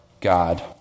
God